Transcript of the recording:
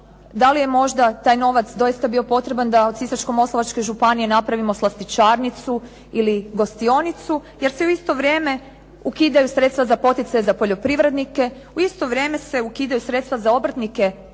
da li je možda taj novac doista bio potreban da od Sisačko-moslavačke županije napravimo slastičarnicu ili gostionicu jer se u isto vrijeme ukidaju sredstva za poticaje za poljoprivrednike, u isto vrijeme se ukidaju sredstva za obrtnike